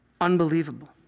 Unbelievable